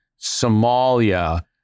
somalia